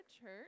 church